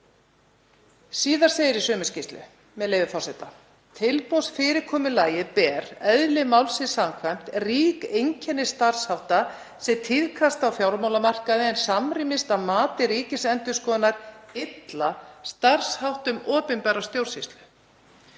Síðar segir í sömu skýrslu, með leyfi forseta: „Tilboðsfyrirkomulagið ber, eðli málsins samkvæmt, rík einkenni starfshátta sem tíðkast á fjármálamarkaði en samrýmist að mati Ríkisendurskoðunar illa starfsháttum opinberrar stjórnsýslu.“